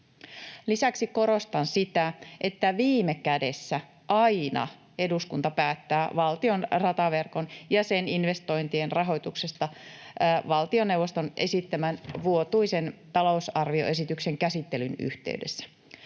Lisäksi korostan sitä, että viime kädessä aina eduskunta päättää valtion rataverkon jäseninvestointien rahoituksesta valtioneuvoston esittämän vuotuisen talousarvioesityksen käsittelyn yhteydessä.